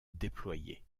déployées